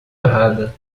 errada